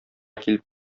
килеп